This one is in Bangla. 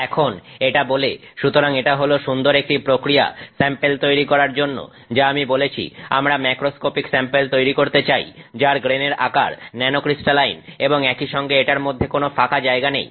এখন এটা বলে সুতরাং এটা হল সুন্দর একটি প্রক্রিয়া স্যাম্পেল তৈরি করার জন্য যা আমি বলেছি আমরা ম্যাক্রোস্কোপিক স্যাম্পেল তৈরি করতে চাই যার গ্রেনের আকার ন্যানোক্রিস্টালাইন এবং একইসঙ্গে এটার মধ্যে কোনো ফাঁকা জায়গা নেই